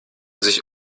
sich